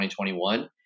2021